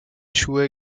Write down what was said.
schuhe